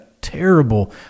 terrible